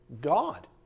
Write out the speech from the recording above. God